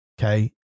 okay